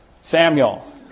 Samuel